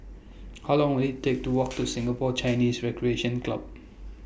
How Long Will IT Take to Walk to Singapore Chinese Recreation Club